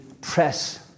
press